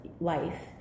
life